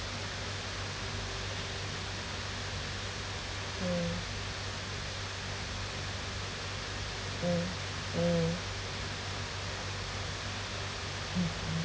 mm mm mm mmhmm